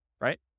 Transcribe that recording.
right